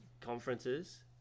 conferences